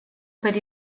per